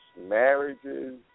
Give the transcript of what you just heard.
marriages